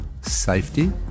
safety